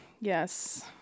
Yes